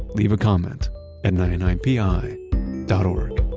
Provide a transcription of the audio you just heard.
leave a comment at ninety nine pi dot o r